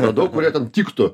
radau kurie ten tiktų